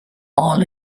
all